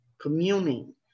communing